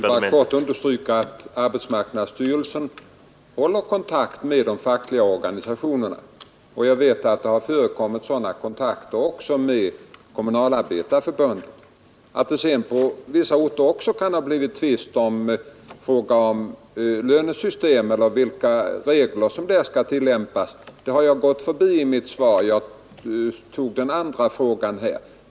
Herr talman! Jag vill bara kort understryka att arbetsmarknadsstyrelsen håller kontakt med de fackliga organisationerna. Jag vet att det har förekommit sådana kontakter också med Kommunalarbetareförbundet. Att det sedan på vissa orter även kan ha blivit tvist om vilka löneregler som skall tillämpas har jag gått förbi i mitt svar; jag tog upp den andra frågan.